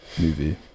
movie